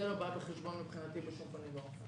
זה לא בא בחשבון מבחינתי בשום פנים ואופן.